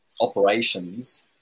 operations